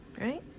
Right